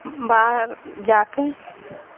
باہر جا کے